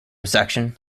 section